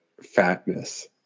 fatness